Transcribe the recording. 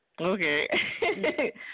Okay